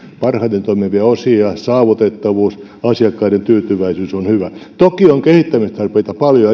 parhaiten toimivia osia saavutettavuus asiakkaiden tyytyväisyys on hyvä toki on kehittämistarpeita paljon